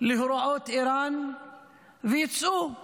להוראות איראן ויצאו להפגין,